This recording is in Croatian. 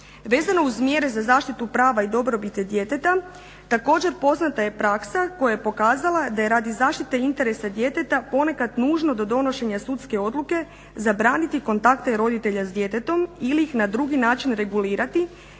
Vezano uz mjere za zaštitu prava i dobrobiti djeteta također poznata je praksa koja je pokazala da je radi zaštite interesa djeteta ponekada nužno do donošenja sudske odluke zabraniti kontakte roditelja s djetetom ili ih na drugi način regulirati